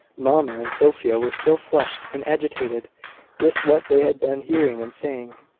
mamma and sophia were still flushed and agitated with what they had been hearing and saying,